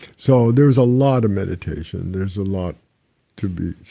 so there's a lot of meditation. there's a lot to be.